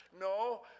No